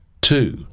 Two